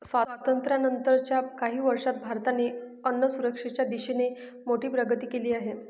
स्वातंत्र्यानंतर च्या काही वर्षांत भारताने अन्नसुरक्षेच्या दिशेने मोठी प्रगती केली आहे